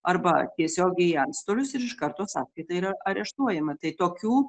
arba tiesiogiai į antstolius ir iš karto sąskaita yra areštuojama tai tokių